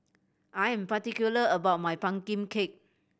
I am particular about my pumpkin cake